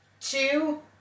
Two